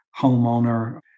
homeowner